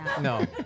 No